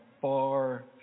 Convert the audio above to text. far